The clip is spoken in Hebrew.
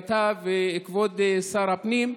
אתה וכבוד שר הפנים.